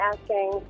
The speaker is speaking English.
asking